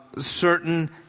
certain